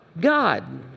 God